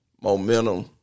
momentum